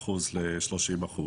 מ-17% ל-30%.